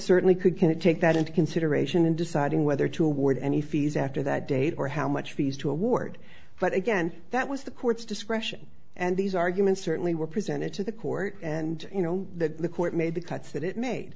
certainly could get take that into consideration in deciding whether to award any fees after that date or how much fees to award but again that was the court's discretion and these arguments certainly were presented to the court and you know that the court made the cuts that it made